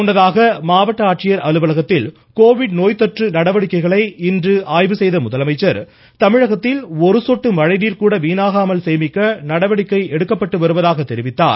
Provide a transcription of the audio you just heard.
முன்னதாக மாவட்ட ஆட்சியர் அலுவலகத்தில் கோவிட் நோய் தொற்று நடவடிக்கைகளை இன்று ஆய்வு செய்த முதலமைச்சர் தமிழகத்தில் ஒரு சொட்டு மழைநீர் கூட வீணாகாமல் சேமிக்க நடவடிக்கை எடுக்கப்பட்டு வருவதாக தெரிவித்தார்